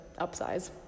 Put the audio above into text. upsize